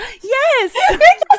yes